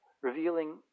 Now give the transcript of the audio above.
revealing